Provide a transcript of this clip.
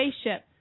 Spaceship